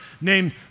named